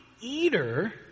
eater